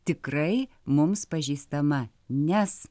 tikrai mums pažįstama nes